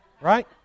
right